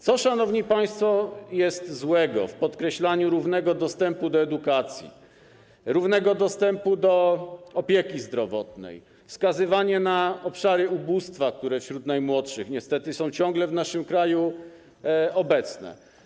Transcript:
Co, szanowni państwo, jest złego w podkreślaniu równego dostępu do edukacji, równego dostępu do opieki zdrowotnej, we wskazywaniu obszarów ubóstwa, które - wśród najmłodszych niestety - są ciągle w naszym kraju obecne?